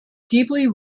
deeply